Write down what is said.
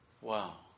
Wow